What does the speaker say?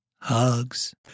Hugs